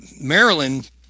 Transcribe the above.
maryland